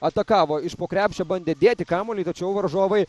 atakavo iš po krepšio bandė dėti kamuolį tačiau varžovai